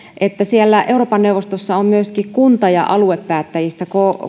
että siellä euroopan neuvostossa on myöskin kunta ja aluepäättäjistä